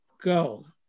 go